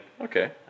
Okay